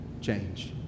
change